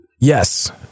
Yes